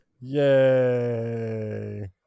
Yay